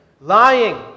lying